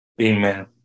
Amen